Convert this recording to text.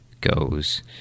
goes